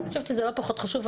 אני חושבת שזה לא פחות חשוב.